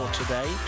today